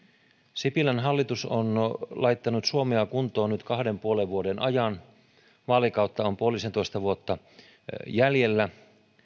sipilän hallitus on laittanut suomea kuntoon nyt kahden ja puolen vuoden ajan vaalikautta on puolisentoista vuotta jäljellä